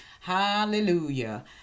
hallelujah